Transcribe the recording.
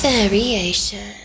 Variation